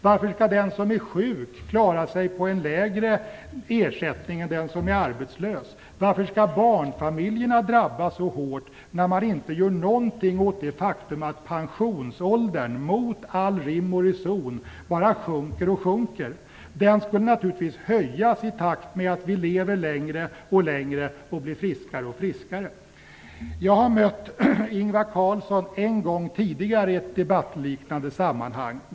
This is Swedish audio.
Varför skall den som är sjuk klara sig på en lägre ersättning än den som är arbetslös? Varför skall barnfamiljerna drabbas så hårt när man inte gör någonting åt det faktum att pensionsåldern mot all rim och reson bara sjunker och sjunker? Den skulle naturligtvis höjas i takt med att vi lever längre och längre och blir friskare och friskare. Jag har mött Ingvar Carlsson en gång tidigare i ett debattliknande sammanhang.